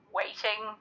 waiting